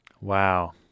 Wow